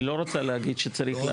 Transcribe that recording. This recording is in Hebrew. היא לא רוצה להגיד שצריך.